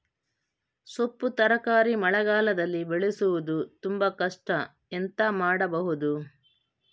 ಸೊಪ್ಪು ತರಕಾರಿ ಮಳೆಗಾಲದಲ್ಲಿ ಬೆಳೆಸುವುದು ತುಂಬಾ ಕಷ್ಟ ಎಂತ ಮಾಡಬಹುದು?